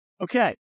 Okay